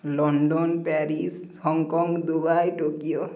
London Paris Hong Kong Dubai Tokyo